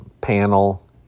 panel